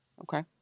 Okay